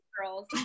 Girls